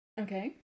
Okay